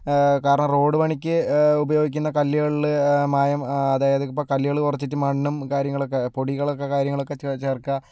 കാരണം റോഡ് പണിക്ക് ഉപയോഗിക്കുന്ന കല്ലുകളിൽ മായം അതായത് ഇപ്പോൾ കല്ലുകൾ കുറച്ചിട്ട് മണ്ണും കാര്യങ്ങളൊക്കെ പൊടികൾ ഒക്കെ കാര്യങ്ങളൊക്കെ ചേർക്കുക